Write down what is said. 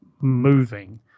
moving